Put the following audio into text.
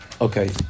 Okay